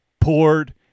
poured